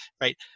right